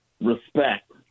respect